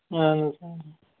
اہن حظ اہن حظ